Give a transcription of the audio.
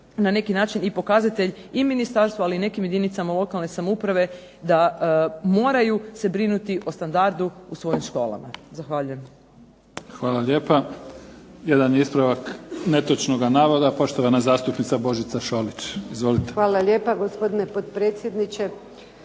na neki način pokazatelj i Ministarstvu ali i nekim jedinicama lokalne samouprave da moraju se brinuti o standardu u svojim školama. Zahvaljujem. **Mimica, Neven (SDP)** Hvala lijepa. Jedan ispravak netočnog navoda, poštovana zastupnica Božica Šolić. Izvolite. **Šolić, Božica (HDZ)** Hvala lijepa gospodine potpredsjedniče.